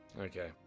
Okay